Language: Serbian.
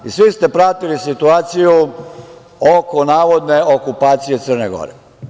Svi ste pratili situaciju oko navodne okupacije Crne Gore.